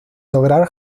lograr